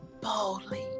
boldly